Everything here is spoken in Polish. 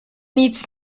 nic